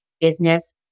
business